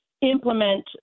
implement